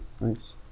nice